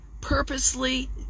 purposely